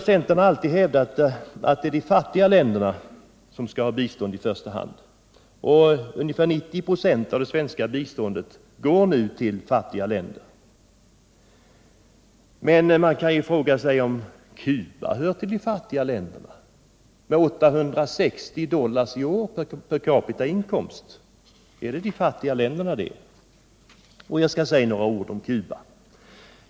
Centern har alltid hävdat att de fattiga länderna i första hand skall ha bistånd. Ungefär 90 26 av det svenska biståndet går nu till fattiga länder. Men man kan fråga sig om Cuba hör till de fattiga länderna med 860 dollar per capita i årsinkomst. Och jag skall säga några ord om Cuba.